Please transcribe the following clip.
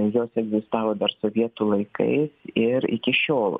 jos egzistavo dar sovietų laikais ir iki šiol